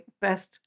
best